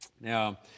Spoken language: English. Now